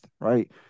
right